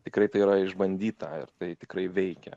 tikrai tai yra išbandyta ir tai tikrai veikia